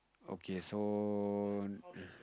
okay so